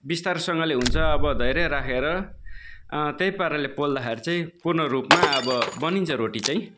बिस्तारोसँगले हुन्छ अब धैर्य राखेर त्यही पाराले पोल्दाखेरि चाहिँ पूर्ण रूपमा अब बनिन्छ रोटी चाहिँ